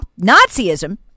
Nazism